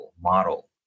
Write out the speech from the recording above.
model